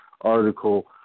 article